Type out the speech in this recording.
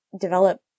develop